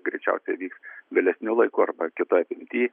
greičiausiai vyks vėlesniu laiku arba kitoj apimty